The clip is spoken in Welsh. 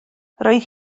roedd